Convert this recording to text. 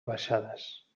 baixades